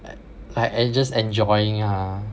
i~ I I just enjoying ah